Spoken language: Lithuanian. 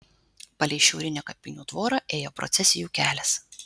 palei šiaurinę kapinių tvorą ėjo procesijų kelias